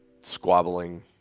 squabbling